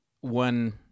one